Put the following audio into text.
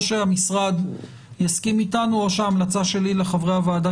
או שהמשרד יסכים איתנו או שההמלצה שלי לחברי הוועדה